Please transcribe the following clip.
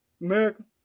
America